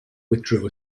withdrew